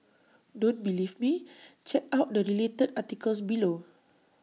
don't believe me check out the related articles below